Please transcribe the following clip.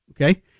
okay